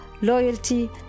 loyalty